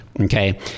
Okay